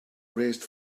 raised